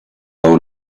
own